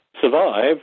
survive